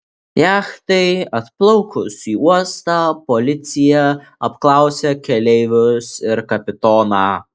jachtai atplaukus į uostą policija apklausė keleivius ir kapitoną